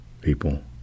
People